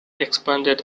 expanded